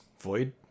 Void